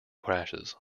crashes